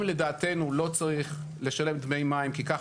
אם לדעתנו לא צריך לשלם דמי מים כי כך